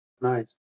Nice